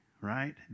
right